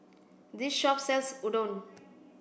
this shop sells Udon